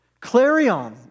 clarion